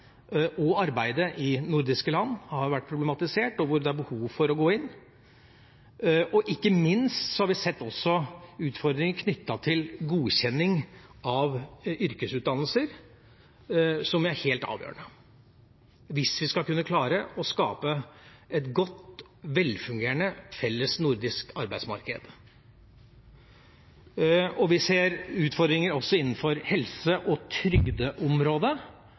og arbeide i nordiske land har vært problematisert. Der er det er behov for å gå inn. Og ikke minst har vi sett utfordringer knyttet til godkjenning av yrkesutdannelser, som er helt avgjørende hvis vi skal kunne klare å skape et godt og velfungerende felles nordisk arbeidsmarked. Vi ser utfordringer også innenfor helse- og trygdeområdet